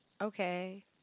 Okay